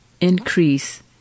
increase